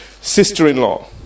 sister-in-law